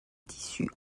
tissus